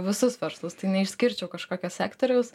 visus verslus tai neišskirčiau kažkokio sektoriaus